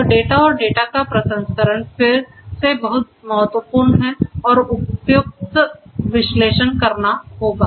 तो डेटा और डेटा का प्रसंस्करण फिर से बहुत महत्वपूर्ण है और उपयुक्त विश्लेषण करना होगा